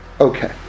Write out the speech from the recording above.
Okay